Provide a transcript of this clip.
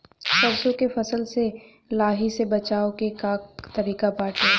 सरसो के फसल से लाही से बचाव के का तरीका बाटे?